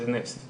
זה נס.